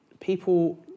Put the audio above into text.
People